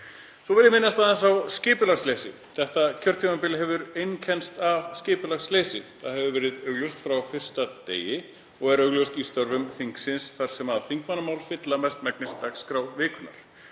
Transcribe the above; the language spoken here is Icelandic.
Svo vil ég minnast aðeins á skipulagsleysi. Þetta kjörtímabil hefur einkennst af skipulagsleysi. Það hefur verið augljóst frá fyrsta degi og er augljóst í störfum þingsins þar sem þingmannamál fylla mestmegnis dagskrá vikunnar.